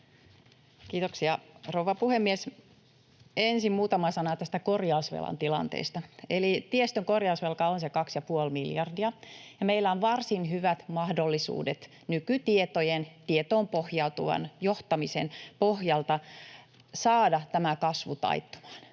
Kiitoksia, rouva puhemies! Ensin muutama sana korjausvelan tilanteesta. Eli tiestön korjausvelka on se kaksi ja puoli miljardia, ja meillä on varsin hyvät mahdollisuudet nykytietojen, tietoon pohjautuvan johtamisen, pohjalta saada tämä kasvu taittumaan.